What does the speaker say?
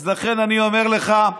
אז לכן אני אומר לך,